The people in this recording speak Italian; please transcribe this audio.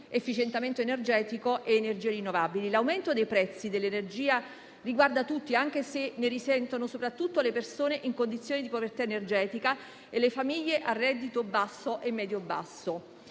efficientamento energetico ed energie rinnovabili. L'aumento dei prezzi dell'energia riguarda tutti, anche se ne risentono soprattutto le persone in condizioni di povertà energetica e le famiglie a reddito basso e medio-basso.